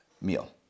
meal